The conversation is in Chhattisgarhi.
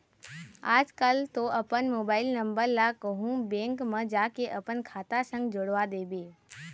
आजकल तो अपन मोबाइल नंबर ला कहूँ बेंक म जाके अपन खाता संग जोड़वा देबे